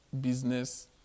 Business